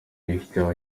icyaha